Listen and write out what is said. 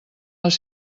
les